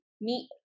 meet